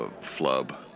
flub